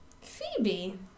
Phoebe